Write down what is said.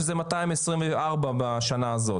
שזה 224 בשנה הזאת.